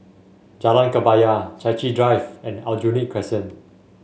Jalan Kebaya Chai Chee Drive and Aljunied Crescent